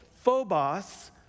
phobos